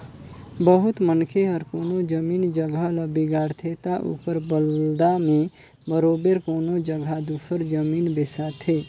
बहुत मनखे हर कोनो जमीन जगहा ल बिगाड़थे ता ओकर बलदा में बरोबेर कोनो जगहा दूसर जमीन बेसाथे